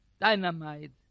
dynamite